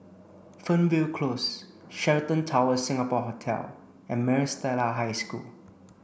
Fernvale Close Sheraton Towers Singapore Hotel and Maris Stella High School